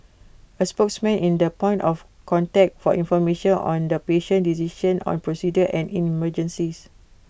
A spokesman in the point of contact for information on the patient decision on procedures and in emergencies